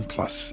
Plus